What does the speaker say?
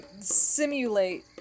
simulate